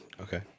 Okay